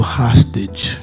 hostage